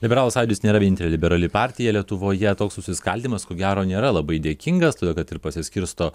liberalų sąjūdis nėra vienintelė liberali partija lietuvoje toks susiskaldymas ko gero nėra labai dėkingas todėl kad ir pasiskirsto